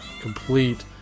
complete